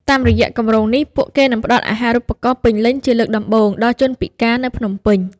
តាមរយៈគម្រោងនេះ ពួកគេនឹងផ្តល់អាហារូបករណ៍ពេញលេញជាលើកដំបូងដល់ជនពិការនៅភ្នំពេញ។